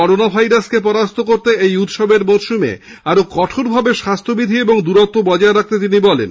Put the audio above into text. corona ভাইরাসকে পরাস্ত করতে এই উৎসবের মরশুমে আরও কঠোকভাবে স্বাস্হ্যবিধি ও দূরত্ব বজায় রাখতে তিনি বলেছেন